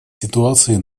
ситуацией